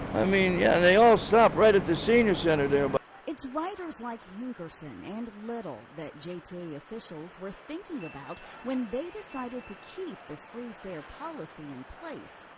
i mean, yeah, they all stop right at the senior center there. but it's riders like hinkerson and little that jta officials were thinking about when they decided to keep the free fare policy in place,